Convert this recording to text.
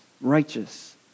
Righteous